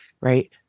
Right